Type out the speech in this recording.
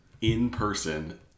in-person